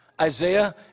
Isaiah